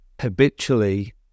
habitually